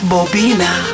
Bobina